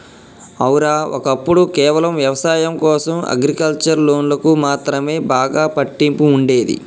ఔర, ఒక్కప్పుడు కేవలం వ్యవసాయం కోసం అగ్రికల్చర్ లోన్లకు మాత్రమే బాగా పట్టింపు ఉండేది